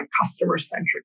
customer-centric